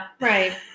right